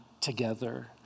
together